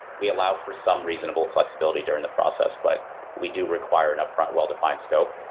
we allow for some reasonable flexibility during the process, but we do require an upfront well-defined scope.